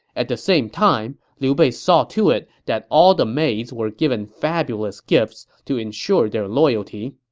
at the same time, liu bei saw to it that all the maids were given fabulous gifts to ensure their loyalty.